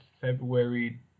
February